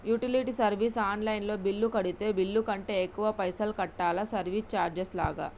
Utility service online లో bill కడితే bill కంటే ఎక్కువ పైసల్ కట్టాలా సర్వీస్ చార్జెస్ లాగా?